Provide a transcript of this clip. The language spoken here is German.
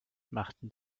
machten